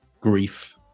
grief